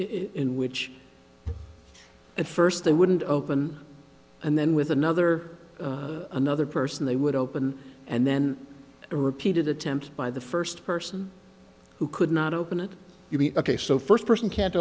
in which at first they wouldn't open and then with another another person they would open and then a repeated attempt by the first person who could not open it to be ok so first person can't